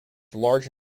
large